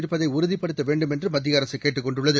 இருப்பதை உறுதிப்படுத்த வேண்டும் என்று மத்திய அரசு கேட்டுக் கொண்டுள்ளது